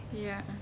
ya